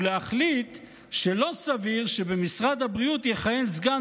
ולהחליט שלא סביר שבמשרד הבריאות יכהן סגן